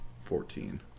Fourteen